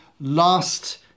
last